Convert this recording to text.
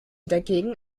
dagegen